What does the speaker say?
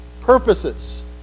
purposes